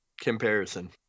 comparison